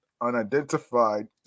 unidentified